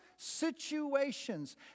situations